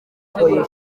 gukorera